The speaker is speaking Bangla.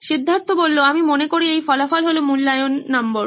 সিদ্ধার্থ আমি মনে করি এই ফলাফল হল মূল্যায়ণ নম্বর